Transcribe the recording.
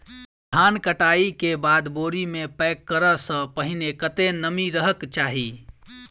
धान कटाई केँ बाद बोरी मे पैक करऽ सँ पहिने कत्ते नमी रहक चाहि?